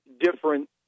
different